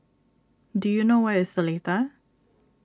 do you know where is Seletar